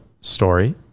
story